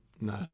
no